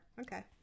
Okay